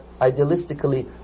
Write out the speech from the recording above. idealistically